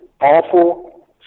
awful